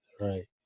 Right